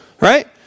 Right